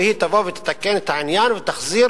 והיא תבוא ותתקן את העניין ותחזיר